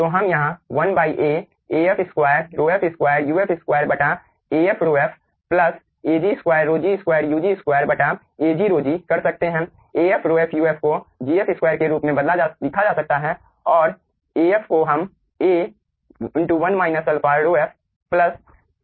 तो हम यहाँ 1A Af2 ρf 2 uf2 Af ρf Ag2ρg2ug2 Agρg कर सकते हैं Af ρf uf को Gf 2 के रूप में लिखा जा सकता है और Af को हम A 1 α ρf प्लस इस वाले के रूप में लिख सकते है